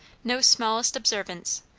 no smallest observance,